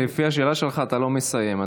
לפי השאלה שלך אתה לא מסיים,